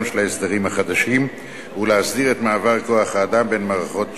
של ההסדרים החדשים ולהסדיר את מעבר כוח-האדם בין מערכות שונות.